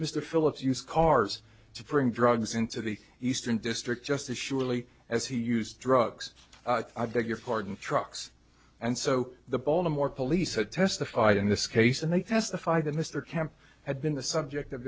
mr phillips used cars to bring drugs into the eastern district just as surely as he used drugs i beg your pardon trucks and so the baltimore police had testified in this case and they testified that mr kemp had been the subject of